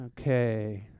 Okay